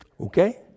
Okay